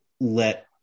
let